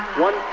one